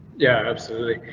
yeah, absolutely.